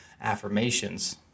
affirmations